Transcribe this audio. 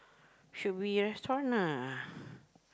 should be restaurant lah